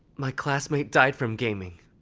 my classmate died from gaming.